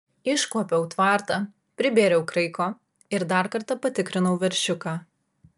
iškuopiau tvartą pribėriau kraiko ir dar kartą patikrinau veršiuką